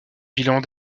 bilan